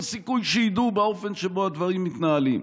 סיכוי שידעו באופן שבו הדברים מתנהלים.